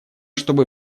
чтобы